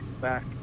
back